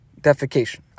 defecation